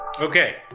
Okay